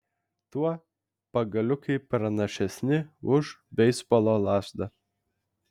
tuo pagaliukai pranašesni už beisbolo lazdą